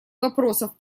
вопросов